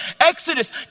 Exodus